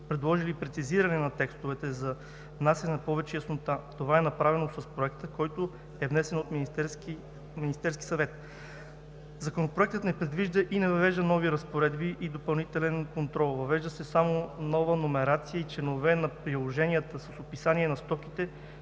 предложили прецизирането на текстовете за внасяне на повече яснота. Това е направено с Проекта, който е внесен от Министерския съвет. Законопроектът не предвижда и не въвежда нови разпоредби и допълнителен контрол. Въвеждат се само нова номерация и членове на приложенията – с описание на стоките,